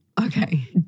Okay